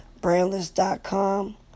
Brandless.com